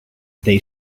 they